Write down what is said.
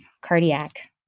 cardiac